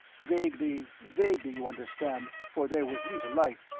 vaguely, vaguely, you understand, for there was little light,